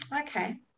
Okay